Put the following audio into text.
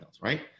right